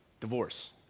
Divorce